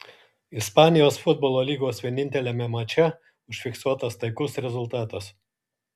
ispanijos futbolo lygos vieninteliame mače užfiksuotas taikus rezultatas